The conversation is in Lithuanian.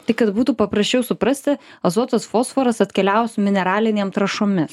tik kad būtų paprasčiau suprasti azotas fosforas atkeliavo su mineralinėm trąšomis